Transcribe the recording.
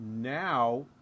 Now